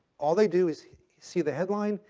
all they do is see the headline.